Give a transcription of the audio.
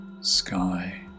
sky